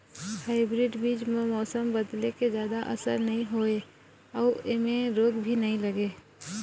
hybrid बीज म मौसम बदले के जादा असर नई होवे अऊ ऐमें रोग भी नई लगे